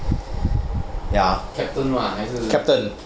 captain ah 还是